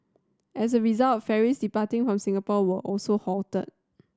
as a result ferries departing from Singapore were also halted